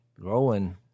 growing